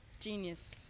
Genius